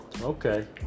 Okay